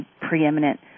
preeminent